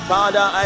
Father